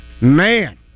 Man